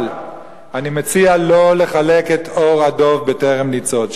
אבל אני מציע לא לחלק את עור הדוב בטרם ניצוד.